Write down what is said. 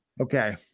Okay